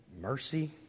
mercy